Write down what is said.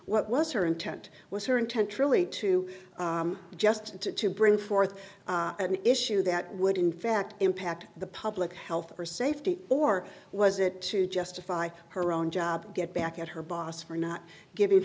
what was her intent was her intent truly to just to to bring forth an issue that would in fact impact the public health or safety or was it to justify her own job get back at her boss for not giving